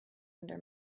under